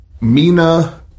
mina